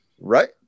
Right